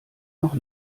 noch